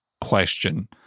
question